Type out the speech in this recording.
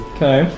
Okay